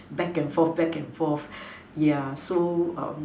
back and forth back and forth so yeah